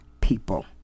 people